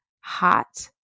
hot